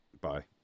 Bye